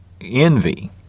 envy